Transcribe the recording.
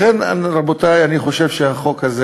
לכן, רבותי, אני חושב שהחוק הזה